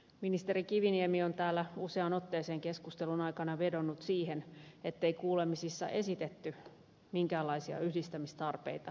ministeri kiviniemi on täällä useaan otteeseen keskustelun aikana vedonnut siihen ettei kuulemisissa esitetty minkäänlaisia yhdistämistarpeita